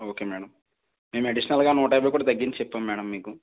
okay madam మేం అడిషనల్గా నూట యాభై కూడా తగ్గించి చెప్పాం మ్యాడం మీకు